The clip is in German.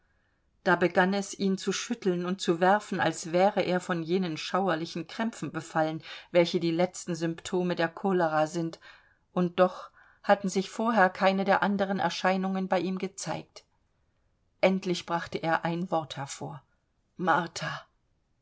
da begann es hin zu schütteln und zu werfen als wäre er von jenen schauerlichen krämpfen befallen welche die letzten symptome der cholera sind und doch hatten sich vorher keine der anderen erscheinungen bei ihm gezeigt endlich brachte er ein wort hervor martha